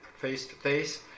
face-to-face